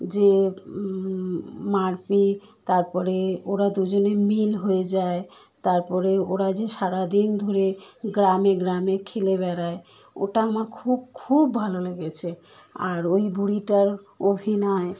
যে মারপিট তারপরে ওরা দুজনে মিল হয়ে যায় তারপরে ওরা যে সারা দিন ধরে গ্রামে গ্রামে খেলে বেড়ায় ওটা আমার খুব খুব ভালো লেগেছে আর ওই বুড়িটার অভিনয়